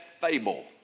fable